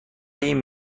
این